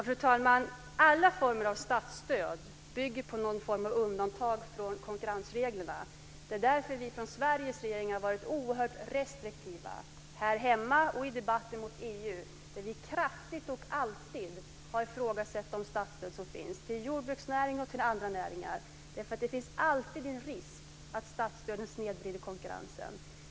Fru talman! Alla former av statsstöd bygger på någon form av undantag från konkurrensreglerna. Det är därför vi i Sveriges regering har varit oerhört restriktiva, här hemma och i debatten mot EU, där vi kraftigt och alltid har ifrågasatt de statsstöd som finns till jordbruksnäringar och till andra näringar. Det finns alltid en risk att statsstöden snedvrider konkurrensen.